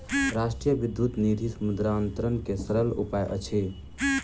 राष्ट्रीय विद्युत निधि मुद्रान्तरण के सरल उपाय अछि